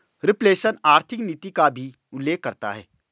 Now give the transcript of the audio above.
reflation आर्थिक नीति का भी उल्लेख करता है